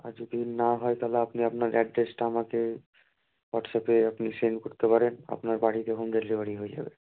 আর যদি না হয় তাহলে আপনি আপনার অ্যাড্রেসটা আমাকে হোয়াটসঅ্যাপে আপনি সেন্ড করতে পারেন আপনার বাড়িতে হোম ডেলিভারি হয়ে যাবে